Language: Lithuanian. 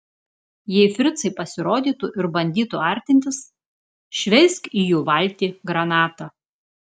jei fricai pasirodytų ir bandytų artintis šveisk į jų valtį granatą